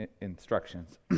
instructions